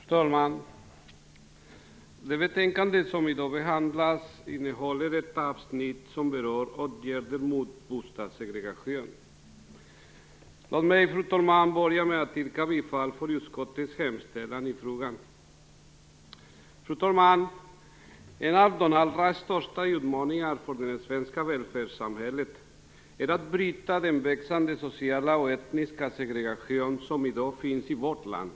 Fru talman! Det betänkande som i dag behandlas innehåller ett avsnitt som berör åtgärder mot bostadssegregation. Låt mig, fru talman, börja med att yrka bifall till utskottets hemställan i frågan. En av de allra största utmaningarna för det svenska välfärdssamhället är att bryta den växande sociala och etniska segregation som i dag finns i vårt land.